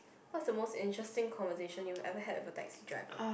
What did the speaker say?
what's the most interesting conversation you ever had with a taxi driver